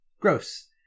Gross